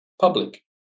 public